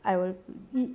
I will